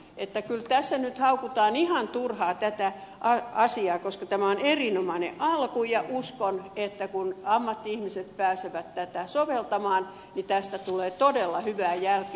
kyllä tässä nyt haukutaan ihan turhaan tätä asiaa koska tämä on erinomainen alku ja uskon että kun ammatti ihmiset pääsevät tätä soveltamaan niin tästä tulee todella hyvää jälkeä